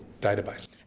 database